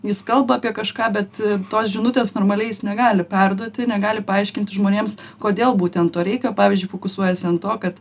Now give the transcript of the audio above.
jis kalba apie kažką bet tos žinutės normaliai jis negali perduoti negali paaiškinti žmonėms kodėl būtent to reikia pavyzdžiui fokusuojasis ant to kad